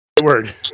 word